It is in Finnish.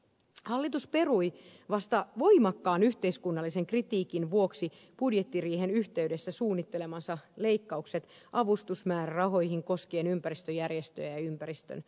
hallitus perui vasta voimakkaan yhteiskunnallisen kritiikin vuoksi budjettiriihen yhteydessä suunnittelemansa leikkaukset avustusmäärärahoihin koskien ympäristöjärjestöjä ja ympäristönhoitoa